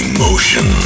Emotion